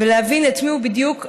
ולהבין את מי הוא בדיוק אמור,